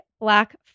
Black